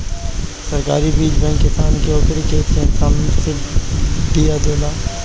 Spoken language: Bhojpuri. सरकारी बीज बैंक किसान के ओकरी खेत के हिसाब से बिया देला